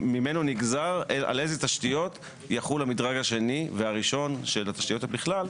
ממנו נגזר על איזה תשתיות יחול המדרג השני והראשון של התשתיות בכלל,